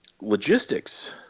logistics